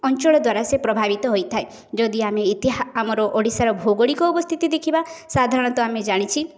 ଅଞ୍ଚଳ ଦ୍ୱାରା ସେ ପ୍ରଭାବିତ ହୋଇଥାଏ ଯଦି ଆମେ ଆମର ଓଡ଼ିଶାର ଭୌଗୋଳିକ ଅବସ୍ଥିତି ଦେଖିବା ସାଧାରଣତଃ ଆମେ ଜାଣିଛେ